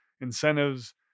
incentives